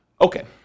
Okay